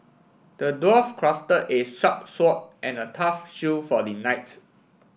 the dwarf crafted a sharp sword and a tough shield for the knights